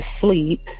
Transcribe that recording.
sleep